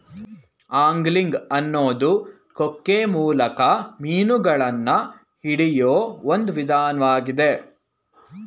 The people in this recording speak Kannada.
ಆಂಗ್ಲಿಂಗ್ ಅನ್ನೋದು ಕೊಕ್ಕೆ ಮೂಲಕ ಮೀನುಗಳನ್ನ ಹಿಡಿಯೋ ಒಂದ್ ವಿಧಾನ್ವಾಗಿದೆ